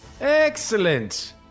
Excellent